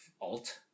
alt